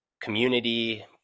community